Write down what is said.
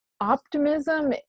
optimism